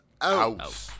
out